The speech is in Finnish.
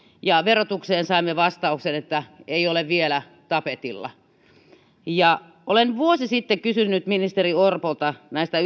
ja verotukseen liittyen saimme vastauksen että ei ole vielä tapetilla olen vuosi sitten kysynyt ministeri orpolta näistä